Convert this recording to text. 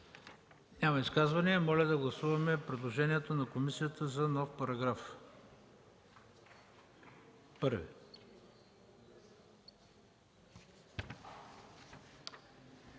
Няма изказвания. Моля да гласуваме предложението на комисията за нов § 1.